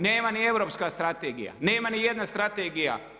Nema ni europska strategija, nema ni jedna strategija.